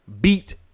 beat